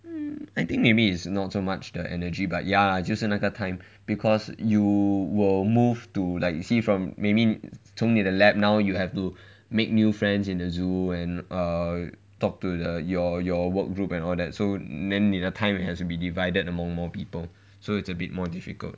mm I think maybe it's not so much the energy but ya 就是那个 time because you will move to like you see from maybe 从你的 lab now you have to make new friends in the zoo and err talk to the your your work group and all that so so then 你的 time has to be divided among more people so it's a bit more difficult